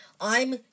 I'm